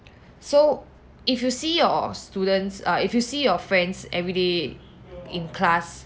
so if you see your students uh if you see your friends everyday in class